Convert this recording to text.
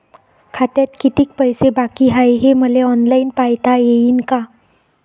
खात्यात कितीक पैसे बाकी हाय हे मले ऑनलाईन पायता येईन का?